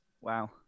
Wow